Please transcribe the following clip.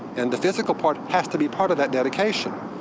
and the physical part has to be part of that dedication.